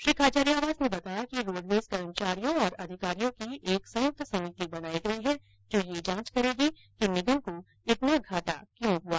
श्री खाचरियावास ने बताया कि रोडवेज कर्मचारियों और अधिकारियों की एक संयुक्त समिति बनाई गई है जो यह जांच करेगी कि निगम को इतना घाटा क्यों हुआ